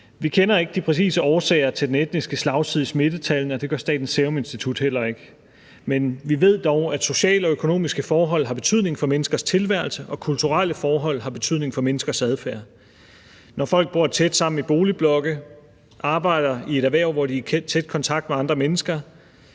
Vi kender ikke de præcise årsager til den etniske slagside i smittetallene, og det gør Statens Serum Institut heller ikke, men vi ved dog, at sociale og økonomiske forhold har betydning for menneskers tilværelse og kulturelle forhold har betydning for menneskers adfærd. Når folk bor tæt sammen i boligblokke, arbejder i et erhverv, hvor de er i tæt kontakt med andre mennesker,